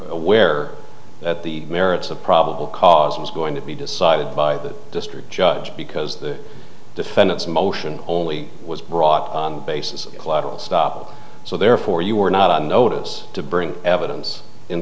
aware that the merits of probable cause was going to be decided by the district judge because the defendant's motion only was brought basis collateral stop so therefore you were not on notice to bring evidence in